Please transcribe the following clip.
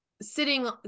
sitting